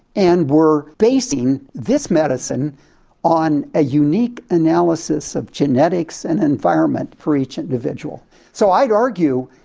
and we're basing this medicine on a unique analysis of genetics and environment for each individual. so i'd argue,